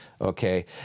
okay